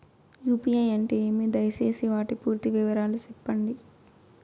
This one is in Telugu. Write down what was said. యు.పి.ఐ అంటే ఏమి? దయసేసి వాటి పూర్తి వివరాలు సెప్పండి?